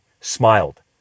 smiled